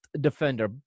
defender